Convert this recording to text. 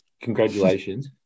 congratulations